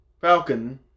Falcon